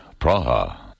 Praha